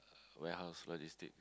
warehouse logistics